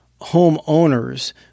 homeowners